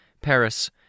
Paris